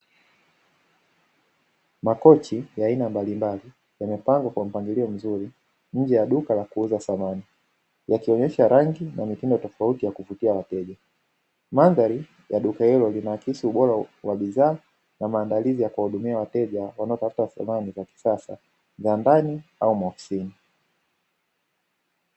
Makochi ya aina mbalimbali yamepangwa kwa mpangilio mzuri, nje ya duka la kuuza samani, yakionyesha rangi na mitindo tofauti ya kuvutia wateja. Mandhari ya duka hilo linaakisi ubora wa bidhaa na maandalizi ya kuwahudumia wateja wanaotafuta samani za kisasa za ndani au maofisini.